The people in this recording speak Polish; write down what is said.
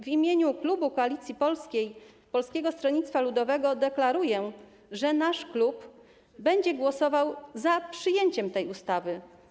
W imieniu klubu Koalicji Polskiej - Polskiego Stronnictwa Ludowego deklaruję, że nasz klub będzie głosował za przyjęciem tej ustawy.